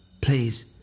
Please